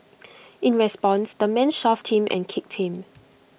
in response the man shoved him and kicked him